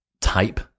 type